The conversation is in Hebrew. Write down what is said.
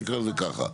נקרא לזה ככה.